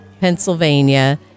Pennsylvania